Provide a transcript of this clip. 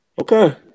okay